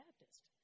Baptist